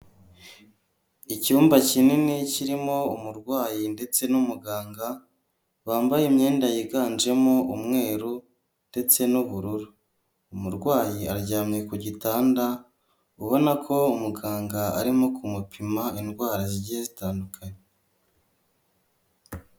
Icyumba kinini kirimo umurwayi ndetse n'umuganga wambaye imyenda yiganjemo umweru ndetse n'ubururu, umurwayi aryamye ku gitanda, ubona ko umuganga arimo kumupima indwara yagiye zitandukanye.